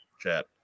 chat